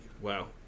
Wow